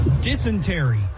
Dysentery